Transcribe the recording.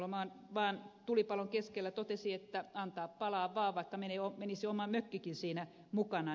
heinäluoma vaan tulipalon keskellä totesi että antaa palaa vaan vaikka menisi oma mökkikin siinä mukana